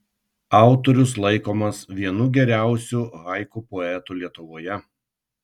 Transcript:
autorius laikomas vienu geriausiu haiku poetų lietuvoje